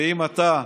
ואם אתה,